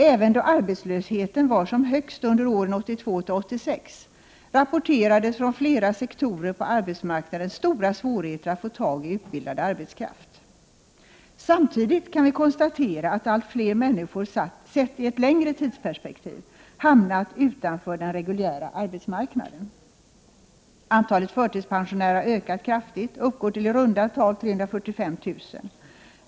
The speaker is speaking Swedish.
Även då arbetslösheten var som högst, under åren 1982-1986, rapporterades från flera sektorer på arbetsmarknaden stora svårigheter att få tag i utbildad arbetskraft. Samtidigt kan vi konstatera att allt fler människor sett i ett längre tidsperspektiv hamnat utanför den reguljära arbetsmarknaden. Antalet förtidspensionärer har ökat kraftigt och uppgår till i runda tal 345 000.